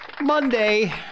Monday